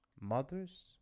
mothers